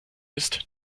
ist